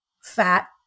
fat